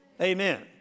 Amen